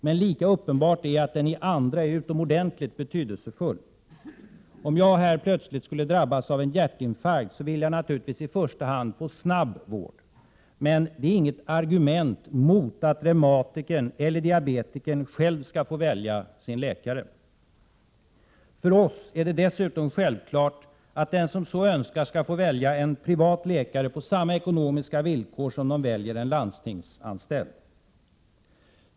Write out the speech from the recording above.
Men lika uppenbart är att den i andra är utomordentligt betydelsefull. Om jag här plötsligt skulle drabbas av en hjärtinfarkt vill jag naturligtvis i första hand få snabb vård — men det är inget argument mot att reumatikern eller diabetikern själv skall få välja sin läkare. För oss är det dessutom självklart att de som så önskar skall få välja en privat läkare på samma ekonomiska villkor som om de valde en landstingsanställd.